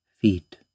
feet